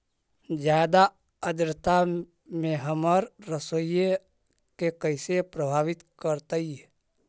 जादा आद्रता में हमर सरसोईय के कैसे प्रभावित करतई?